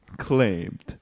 claimed